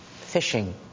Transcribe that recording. fishing